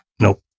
Nope